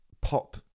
pop